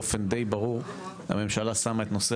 כי באופן די ברור הממשלה שמה את נושא